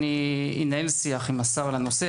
אנהל שיח עם השר בנושא.